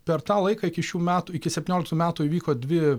per tą laiką iki šių metų iki septynioliktų metų įvyko dvi